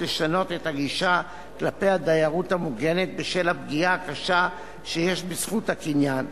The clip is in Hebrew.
לשנות את הגישה כלפי הדיירות המוגנת בשל הפגיעה הקשה שיש בזכות הקניין,